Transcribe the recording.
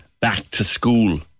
back-to-school